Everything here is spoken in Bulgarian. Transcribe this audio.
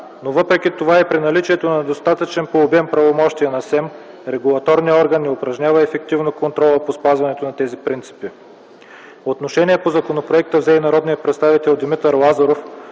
но въпреки това и при наличието на достатъчни по обем правомощия на СЕМ, регулаторният орган не упражнява ефективно контрола по спазването на тези принципи. Отношение по законопроекта взе и народният представител Димитър Лазаров,